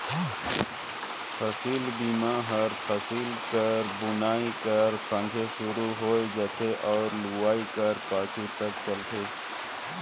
फसिल बीमा हर फसिल कर बुनई कर संघे सुरू होए जाथे अउ लुवई कर पाछू तक चलत रहथे